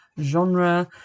genre